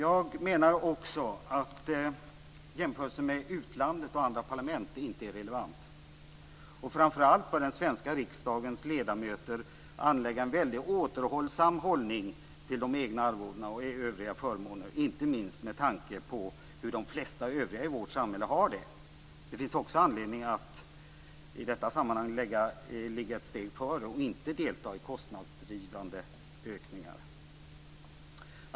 Jag menar också att jämförelsen med utlandet och andra parlament inte är relevant. Framför allt bör den svenska riksdagens ledamöter anlägga en väldigt återhållsam hållning till de egna arvodena och övriga förmåner, inte minst med tanke på hur de flesta övriga i vårt samhälle har det. Det finns också anledning att i detta sammanhang ligga ett steg före och inte delta i kostnadsdrivande ökningar.